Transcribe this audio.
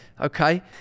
Okay